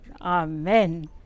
Amen